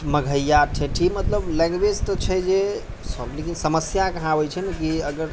मघइया ठेठी मतलब लैंग्वेज तऽ छै जे सभ लेकिन समस्या कहाँ आबै छै ने कि अगर